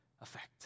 effect